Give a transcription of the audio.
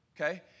Okay